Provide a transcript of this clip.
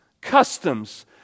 Customs